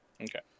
Okay